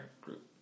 group